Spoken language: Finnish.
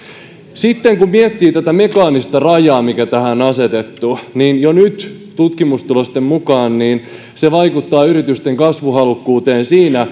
sitten kun miettii tätä mekaanista rajaa mikä tähän on on asetettu niin jo nyt tutkimustulosten mukaan se vaikuttaa yritysten kasvuhalukkuuteen